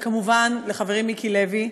וכמובן לחברי מיקי לוי,